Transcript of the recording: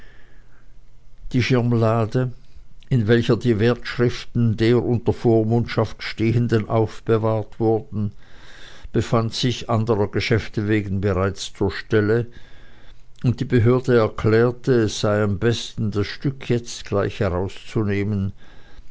die schirmlade in welcher die wertschriften der unter vormundschaft stehenden aufbewahrt wurden befand sich anderer geschäfte wegen bereits zur stelle und die behörde erklärte es sei am besten das stück jetzt gleich herauszunehmen